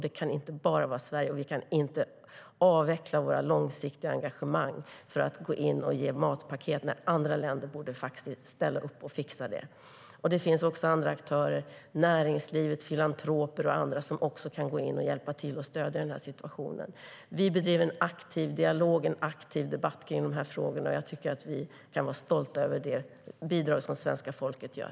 Det kan inte bara vara Sverige, och vi kan inte avveckla våra långsiktiga engagemang för att ge matpaket när andra länder borde ställa upp och fixa det. Det finns också andra aktörer - näringslivet, filantroper och andra - som kan gå in och hjälpa till och stödja i den här situationen. Vi har en aktiv dialog och en aktiv debatt kring de här frågorna. Jag tycker att vi kan vara stolta över det bidrag som svenska folket ger.